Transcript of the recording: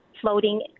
floating